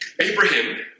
Abraham